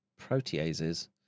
proteases